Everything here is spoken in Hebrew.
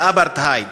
באפרטהייד,